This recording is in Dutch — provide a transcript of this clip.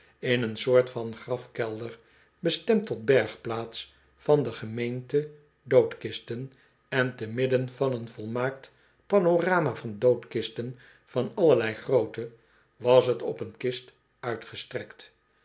in een soort van grafkelder bestemd tot bergplaats van de gemeente doodkisten en te midden van een volmaakt panorama van doodkisten van allerlei grootte was t op een kist uitgestrekt